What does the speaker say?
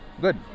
Good